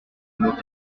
mot